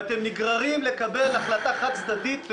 ואתם נגררים לקבל החלטה חד-צדדית,